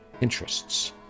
interests